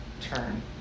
turn